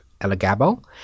Elagabal